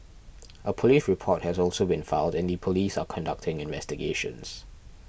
a police report has also been filed and the police are conducting investigations